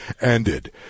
ended